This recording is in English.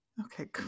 Okay